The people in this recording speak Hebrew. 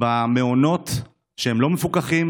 במעונות לא מפוקחים,